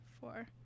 four